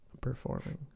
performing